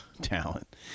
talent